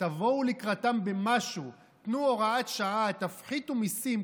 תבואו לקראתם במשהו, תנו הוראת שעה, תפחיתו מיסים.